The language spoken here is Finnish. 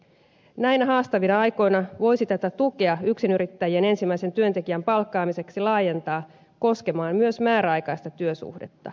näinä haastavina aikoina voisi tukea yksinyrittäjien ensimmäisen työntekijän palkkaamiseksi laajentaa koskemaan myös määräaikaista työsuhdetta